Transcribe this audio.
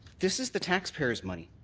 this is the taxpayers' money.